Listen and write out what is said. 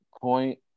point